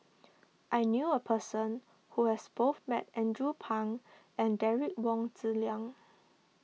I knew a person who has both met Andrew Phang and Derek Wong Zi Liang